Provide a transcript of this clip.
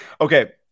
Okay